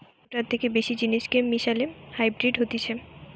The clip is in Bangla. দুটার থেকে বেশি জিনিসকে মিশালে হাইব্রিড হতিছে